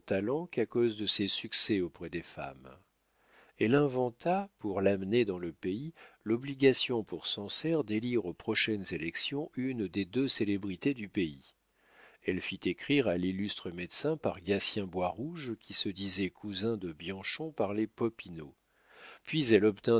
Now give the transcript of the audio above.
qu'à cause de ses succès auprès des femmes elle inventa pour l'amener dans le pays l'obligation pour sancerre d'élire aux prochaines élections une des deux célébrités du pays elle fit écrire à l'illustre médecin par gatien boirouge qui se disait cousin de bianchon par les popinot puis elle obtint